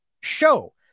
show